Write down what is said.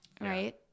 right